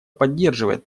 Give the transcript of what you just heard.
поддерживает